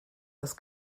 das